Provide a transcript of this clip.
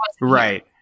Right